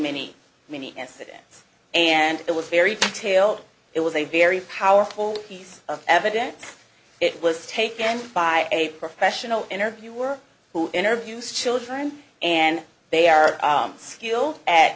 many many incidents and it was very detailed it was a very powerful piece of evidence it was taken by a professional interviewer who interviews children and they are skilled at